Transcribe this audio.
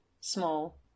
small